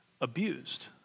abused